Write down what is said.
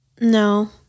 No